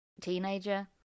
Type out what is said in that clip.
teenager